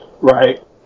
right